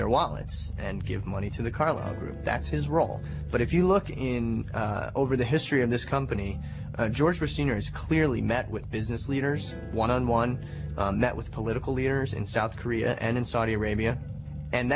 their wallets and give money to the carlyle group that's his role but if you look in over the history of this company george bush sr is clearly met with business leaders one on one that with political leaders in south korea and in saudi arabia and